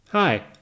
Hi